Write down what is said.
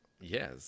Yes